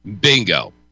Bingo